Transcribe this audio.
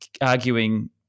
arguing